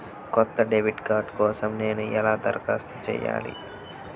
కొత్త debit card కోసం నేను ఎలా దరఖాస్తు చేయాలి?